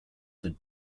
for